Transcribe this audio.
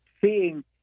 seeing